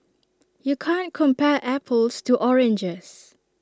you can't compare apples to oranges